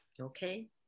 okay